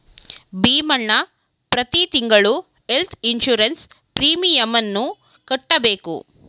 ಭೀಮಣ್ಣ ಪ್ರತಿ ತಿಂಗಳು health insurance ಪ್ರೀಮಿಯಮನ್ನು ಕಟ್ಟಬೇಕು